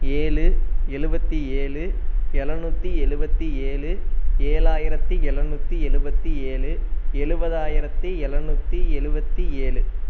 ஏழு எழுபத்தி ஏழு எழநூற்றி எழுபத்தி ஏழு ஏழாயிரற்றி எழநூற்றி எழுவத்தி ஏழு எழுபதாயிரத்தி எழநூற்றி எழுபத்தி ஏழு